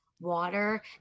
water